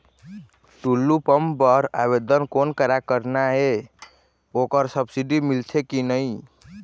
Tullu pump बर आवेदन कोन करा करना ये ओकर सब्सिडी मिलथे की नई?